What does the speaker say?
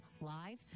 live